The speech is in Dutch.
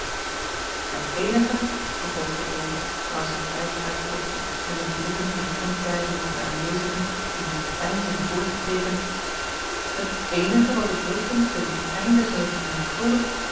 het eenige vervolgde bol terwijl hij zijn pijp uitklopte en de blikken liet rondweiden over de aanwezigen die meest peinzend voor zich keken het eenige wat de drukkunst in t oneindige heeft